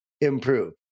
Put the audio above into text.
improve